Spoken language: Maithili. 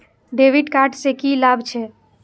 डेविट कार्ड से की लाभ छै?